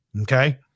Okay